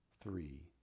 three